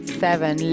seven